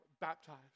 baptized